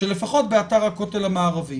שלפחות באתר הכותל המערבי